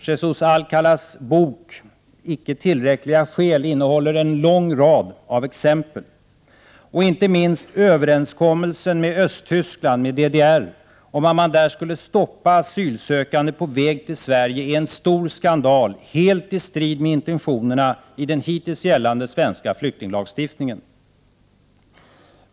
Jesås Alcalås bok Icke tillräckliga skäl innehåller en rad av exempel. Inte minst överenskommelsen med Östtyskland, med DDR, om att man där skulle stoppa asylsökande på väg till Sverige, är en stor skandal, helt istrid med intentionerna i den hittills gällande svenska flyktinglagstiftningen.